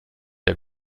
der